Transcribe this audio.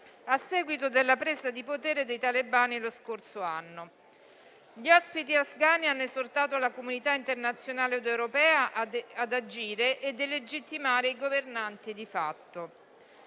a seguito della presa di potere dei talebani lo scorso anno. Gli ospiti afghani hanno esortato la comunità internazionale ed europea ad agire e delegittimare i governanti di fatto.